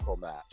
match